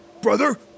Brother